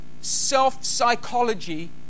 self-psychology